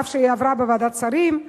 אף שהיא עברה בוועדת שרים,